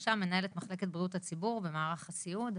בבקשה מנהלת מחלקת בריאות הציבור במערך הסיעוד.